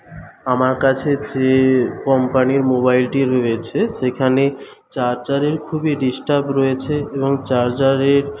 আমার কাছে যে কম্পানির মোবাইলটি রয়েছে সেখানে চার্জারের খুবই ডিস্টার্ব রয়েছে এবং চার্জারের